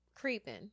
creeping